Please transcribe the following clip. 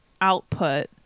output